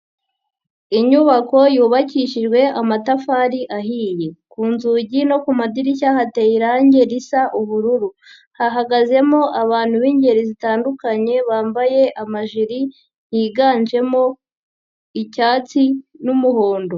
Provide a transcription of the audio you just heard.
Inyubako yubakishijwe amatafari ahiye. Ku nzugi no ku madirishya hateye irangi risa ubururu. Hahagazemo abantu b'ingeri zitandukanye bambaye amajiri, yiganjemo icyatsi n'umuhondo.